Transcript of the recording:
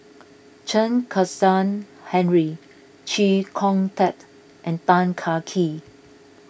Chen Kezhan Henri Chee Kong Tet and Tan Kah Kee